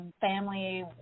family